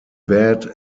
bad